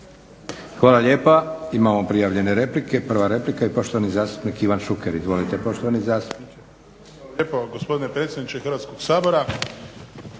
Hvala lijepa. Imamo prijavljene replike. Prva replika i poštovani zastupnik Ivan Šuker.